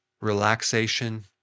relaxation